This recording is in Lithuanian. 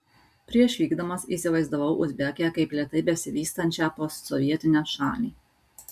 prieš vykdamas įsivaizdavau uzbekiją kaip lėtai besivystančią postsovietinę šalį